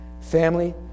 Family